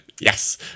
Yes